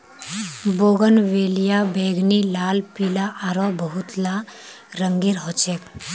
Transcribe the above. bougainvillea बैंगनी, लाल, पीला आरो बहुतला रंगेर ह छे